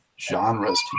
genres